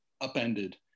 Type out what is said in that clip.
upended